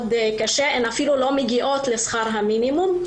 הן אפילו לא מגיעות לשכר המינימום.